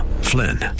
Flynn